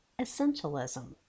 Essentialism